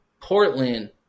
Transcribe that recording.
Portland